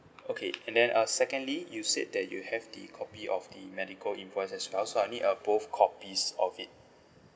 okay and then uh secondly you said that you have the copy of the medical invoice as well so I need a both copies of it